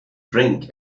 drink